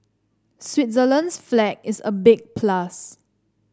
Switzerland's flag is a big plus